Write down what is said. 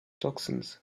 toxins